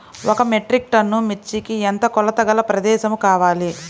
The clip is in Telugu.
ఒక మెట్రిక్ టన్ను మిర్చికి ఎంత కొలతగల ప్రదేశము కావాలీ?